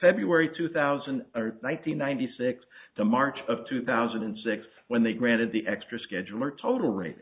february two thousand nine hundred ninety six the march of two thousand and six when they granted the extra scheduler total rate